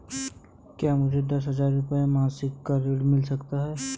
क्या मुझे दस हजार रुपये मासिक का ऋण मिल सकता है?